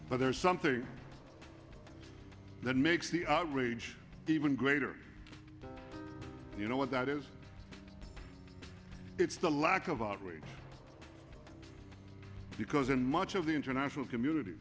but there is something that makes the outrage even greater you know what that is it's the lack of outrage because in much of the international community